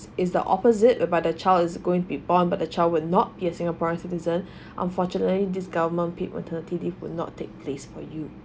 is the opposite whereby the child is going be born but the child will not be a singaporean citizen unfortunately this government paid maternity leave will not take place for you